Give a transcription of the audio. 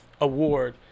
Award